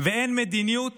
ואין מדיניות